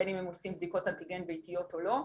בין אם הם עושים בדיקות אנטיגן ביתיות או לא,